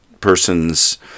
person's